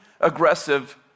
aggressive